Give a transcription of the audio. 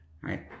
right